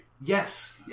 Yes